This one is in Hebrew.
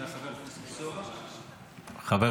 חבר הכנסת סובה, בבקשה.